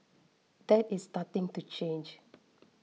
that is starting to change